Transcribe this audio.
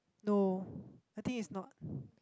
no I think it's not